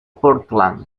portland